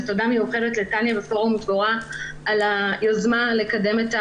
ותודה מיוחדת לתניה מפורום דבורה על היוזמה לקדם את הדיון,